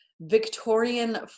victorian